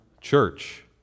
church